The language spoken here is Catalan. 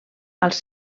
als